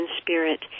spirit